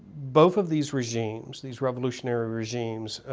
both of these regimes, these revolutionary regimes,